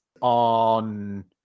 on